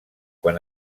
quan